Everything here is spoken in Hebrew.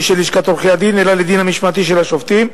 של לשכת עורכי-הדין אלא לדין המשמעתי של השופטים,